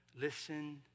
listen